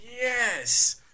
yes